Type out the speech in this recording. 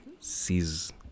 sees